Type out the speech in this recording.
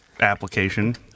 application